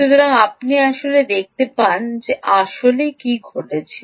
সুতরাং আপনি আসলে দেখতে পান যে আসলে কী ঘটেছিল